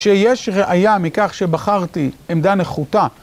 שיש ראייה מכך שבחרתי עמדה נחותה.